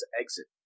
exit